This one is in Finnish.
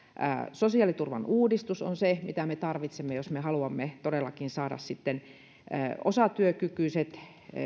sosiaaliturvan uudistus on se mitä me tarvitsemme jos me haluamme todellakin saada osatyökykyiset